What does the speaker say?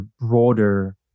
broader